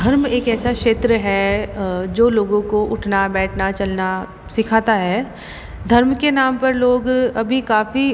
धर्म एक ऐसा क्षेत्र है जो लोगों को उठना बैठना चलना सिखाता है धर्म के नाम पर लोग अभी काफ़ी